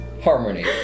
harmony